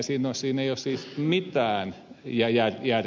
eihän siinä ole mitään järkeä